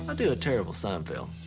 ah do a terrible seinfeld.